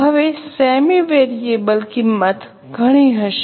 હવે semi variable કિંમત ઘણી હશે